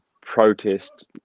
protest